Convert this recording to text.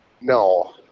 no